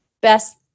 best